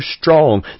strong